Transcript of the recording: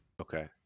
Okay